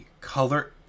Color